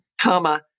comma